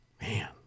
man